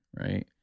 right